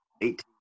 eight